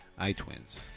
iTwins